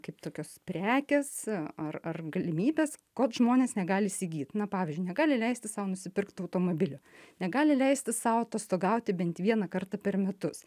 kaip tokios prekės ar ar galimybės žmonės negali įsigyt na pavyzdžiui negali leisti sau nusipirkt automobilio negali leisti sau atostogauti bent vieną kartą per metus